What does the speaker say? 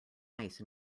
ice